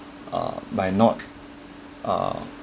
uh by not uh